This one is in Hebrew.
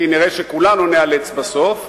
אם כי נראה שכולנו ניאלץ בסוף,